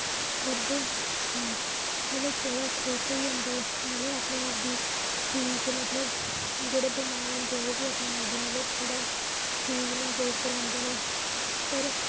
dance करदे ते मतलब थोह्ड़ा खुश होई जन्दे मतलब आपने आप दी ठीक मतलब जेह्ड़े बमार होंदे ओह् बी मतलब आपने थोह्ड़ा ठीक मेहसूस करांदे न पर